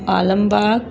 Alambagh